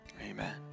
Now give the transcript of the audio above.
Amen